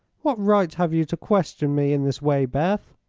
what right have you to question me in this way, beth?